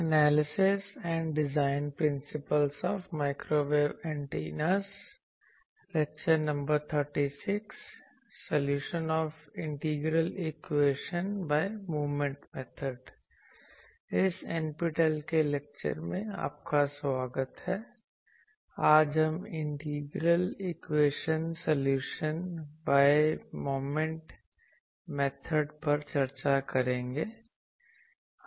इसलिए आज हम integral equation solution by moment method पर चर्चा करेंगे